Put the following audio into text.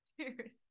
cheers